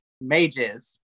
mages